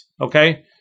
Okay